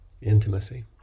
intimacy